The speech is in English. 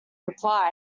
reply